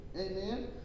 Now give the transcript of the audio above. amen